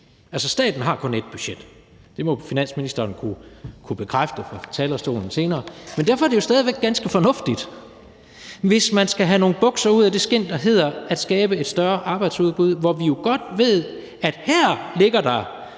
altså, staten har kun ét budget – det må finansministeren kunne bekræfte fra talerstolen senere – men derfor er det jo stadig væk ganske fornuftigt, hvis man skal have nogle bukser ud af det skind, der hedder at skabe et større arbejdsudbud, hvor vi jo godt ved, at der både